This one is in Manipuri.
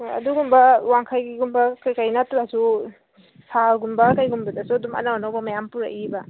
ꯍꯣ ꯑꯗꯨꯒꯨꯝꯕ ꯋꯥꯡꯈꯩꯒꯤꯒꯨꯝꯕ ꯀꯩꯀꯩ ꯅꯠꯇ꯭ꯔꯁꯨ ꯁꯥꯜꯒꯨꯝꯕ ꯀꯩꯒꯨꯝꯕꯗꯁꯨ ꯑꯗꯨꯝ ꯑꯅꯧ ꯑꯅꯧꯕ ꯃꯌꯥꯝ ꯄꯨꯔꯛꯏꯕ